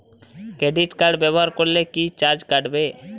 Credit card ব্যাবহার করলে কি চার্জ কাটবে?